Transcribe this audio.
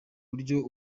buryo